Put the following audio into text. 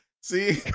see